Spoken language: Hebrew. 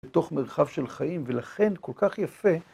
בתוך מרחב של חיים, ולכן כל כך יפה.